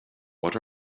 what